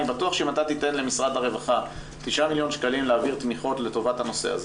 אני בטוח שאם תיתן למשרד הרווחה 9 מלש"ח להעביר תמיכות לטובת הנושא הזה,